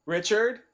Richard